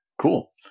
cool